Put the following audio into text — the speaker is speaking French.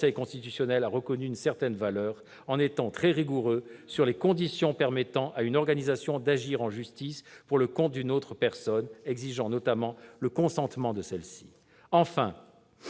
constitutionnel a reconnu une certaine valeur, en étant très rigoureux sur les conditions permettant à une organisation d'agir en justice pour le compte d'une autre personne, exigeant notamment le consentement de celle-ci. Enfin,